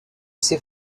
ces